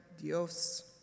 Dios